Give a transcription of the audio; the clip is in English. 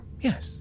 Yes